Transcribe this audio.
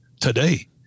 today